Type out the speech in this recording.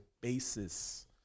basis